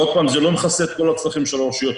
ועוד פעם זה לא מכסה את כל הצרכים של הרשויות.